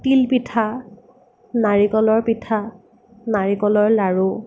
তিল পিঠা নাৰিকলৰ পিঠা নাৰিকলৰ লাড়ু